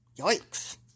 Yikes